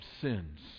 sins